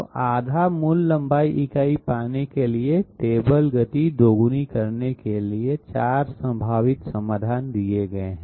तो आधा मूल लंबाई इकाई पाने के लिए और टेबल गति दोगुनी करने के लिए 4 संभावित समाधान दिए गए हैं